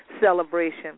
Celebration